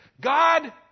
God